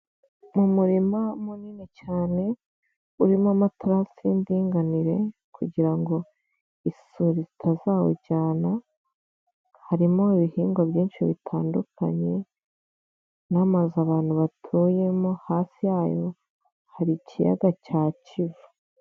Mu murima munini cyane urimo amatarasi y'indinganire kugira ngo isuri ritazawujyana harimo ibihingwa byinshi bitandukanye n'amazi abantu batuyemo hafi yayo hari ikiyaga cya kivu.